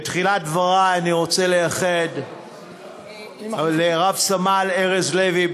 בתחילת דברי אני רוצה לייחד לרב-סמל ארז לוי,